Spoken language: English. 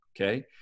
Okay